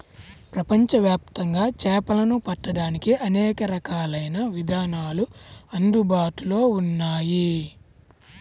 ప్రపంచవ్యాప్తంగా చేపలను పట్టడానికి అనేక రకాలైన విధానాలు అందుబాటులో ఉన్నాయి